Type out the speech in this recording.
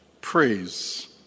Praise